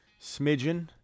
smidgen